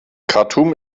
khartum